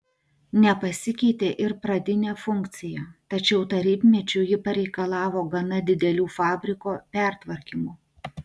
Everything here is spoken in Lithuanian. nepasikeitė ir pradinė funkcija tačiau tarybmečiu ji pareikalavo gana didelių fabriko pertvarkymų